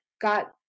got